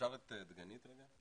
אפשר את דגנית רגע?